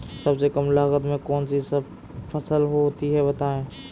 सबसे कम लागत में कौन सी फसल होती है बताएँ?